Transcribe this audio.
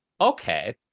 okay